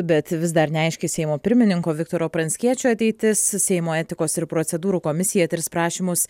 bet vis dar neaiški seimo pirmininko viktoro pranckiečio ateitis seimo etikos ir procedūrų komisija tirs prašymus